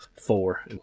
four